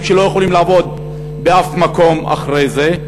שלא יכולים לעבוד בשום מקום אחרי זה.